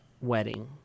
wedding